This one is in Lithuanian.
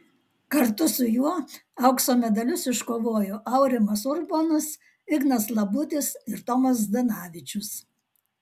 kartu su juo aukso medalius iškovojo aurimas urbonas ignas labutis ir tomas zdanavičius